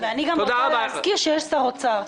אני גם רוצה להזכיר שיש שר אוצר.